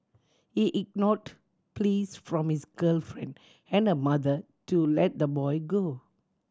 he ignored pleas from his girlfriend and her mother to let the boy go